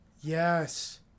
Yes